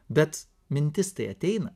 bet mintis tai ateina